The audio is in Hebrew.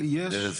מלאה חורים,